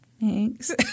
Thanks